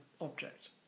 object